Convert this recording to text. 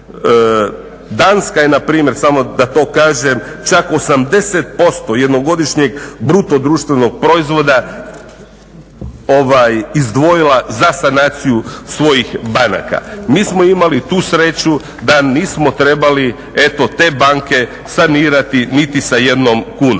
Danska je npr. samo da to kažem čak 80% jednogodišnjeg bruto društvenog proizvoda izdvojila za sanaciju svojih banaka. Mi smo imali tu sreću da nismo trebali eto te banke sanirati niti sa jednom kunom.